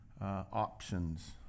options